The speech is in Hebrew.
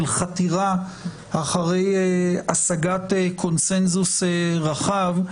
של חתירה אחר השגת קונצנזוס רחב,